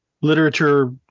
literature